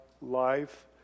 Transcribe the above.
life